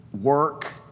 work